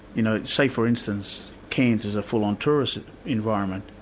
you know, say for instance, cairns is a full-on tourist environment.